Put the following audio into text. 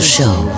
Show